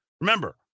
Remember